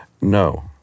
No